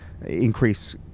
increase